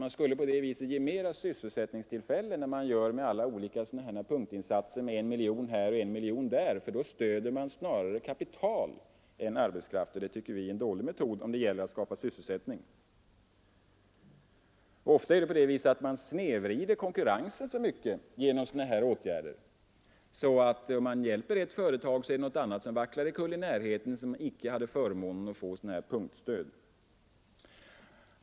Man skulle på det sättet skapa mer av sysselsättningstillfällen än genom alla olika punktinsatser med en miljon här och en miljon där. I det senare fallet stöder man snarare kapital än arbetskraft, och det är en dålig metod om det gäller att skapa sysselsättning. Ofta snedvrider man i hög grad konkurrensen genom sådana åtgärder. Om man hjälper ett företag, vacklar i stället i närheten ett annat företag, som icke hade förmånen att få ett punktstöd.